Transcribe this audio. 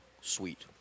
sweet